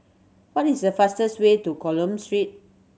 what is the fastest way to Coleman Street